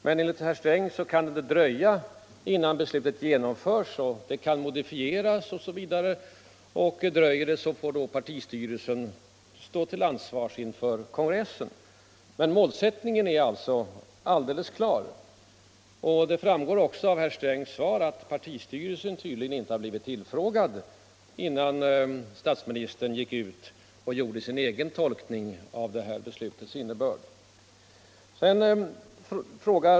Men enligt herr Sträng kan det dröja innan beslutet genomförs, det kan modifieras osv., och dröjer det med åtgärderna så får partistyrelsen stå till svars inför kongressen. Men målsättningen är alltså alldeles klar. Det framgår också av herr Strängs svar att partistyrelsen tydligen inte hade blivit tillfrågad innan statsministern gick ut och gjorde sin egen tolkning av beslutets innebörd.